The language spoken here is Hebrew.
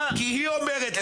מה --- כי היא אומרת לך